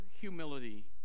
humility